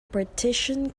partition